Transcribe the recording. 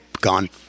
gone